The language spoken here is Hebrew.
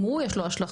גם הוא יש לו השלכות.